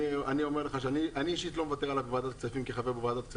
אני אישית לא מוותר עליו כחבר בוועדת כספים.